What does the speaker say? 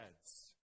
heads